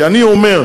כי אני אומר,